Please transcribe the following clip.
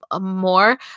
more